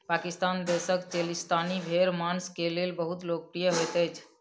पाकिस्तान देशक चोलिस्तानी भेड़ मांस के लेल बहुत लोकप्रिय होइत अछि